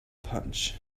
punch